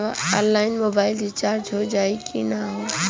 Online mobile recharge हो जाई की ना हो?